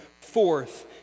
forth